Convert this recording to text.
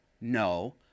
no